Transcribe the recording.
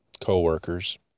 co-workers